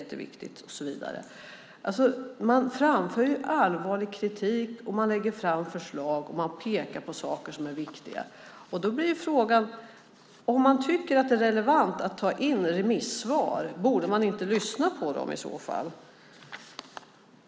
Man framför allvarlig kritik, lägger fram förslag och pekar på saker som är viktiga. Om Försvarsdepartementet tycker att det är relevant att ta in remissvar, borde man inte lyssna på dem i så fall?